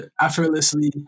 effortlessly